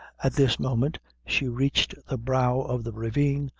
at this moment she reached the brow of the ravine,